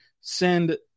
send